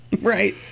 Right